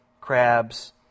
crabs